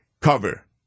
cover